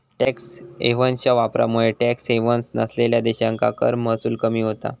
tax हेव्हन्सच्या वापरामुळे tax havens नसलेल्यो देशांका कर महसूल कमी होता